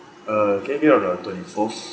uh give me around twenty fourth